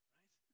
right